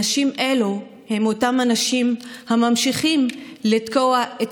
אנשים אלו הם אותם אנשים הממשיכים לתקוע את